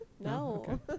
No